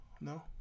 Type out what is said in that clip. No